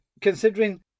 considering